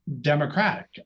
democratic